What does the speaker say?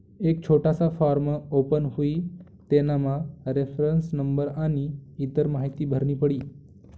एक छोटासा form open हुई तेनामा रेफरन्स नंबर आनी इतर माहीती भरनी पडी